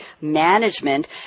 management